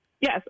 yes